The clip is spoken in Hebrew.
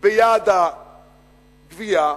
ביעד הגבייה,